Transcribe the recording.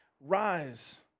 rise